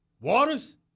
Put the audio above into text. Waters